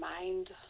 mind